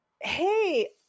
hey